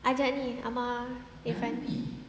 ajak ni amar irfan